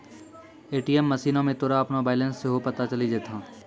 ATM मशीनो मे तोरा अपनो बैलेंस सेहो पता चलि जैतै